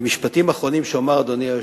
משפטים אחרונים שאומר, אדוני היושב-ראש: